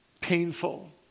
painful